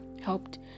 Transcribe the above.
helped